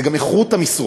1. זה גם איכות המשרות,